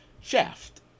Shaft